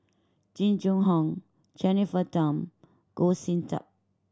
Jing Jun Hong Jennifer Tham Goh Sin Tub